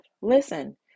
Listen